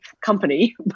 company